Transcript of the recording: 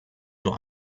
nur